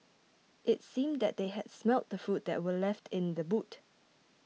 it seemed that they had smelt the food that were left in the boot